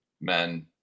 men